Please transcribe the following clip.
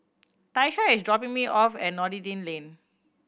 Tyesha is dropping me off at Noordin Lane